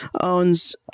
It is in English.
owns